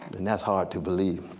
and that's hard to believe.